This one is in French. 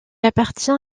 appartient